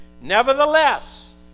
Nevertheless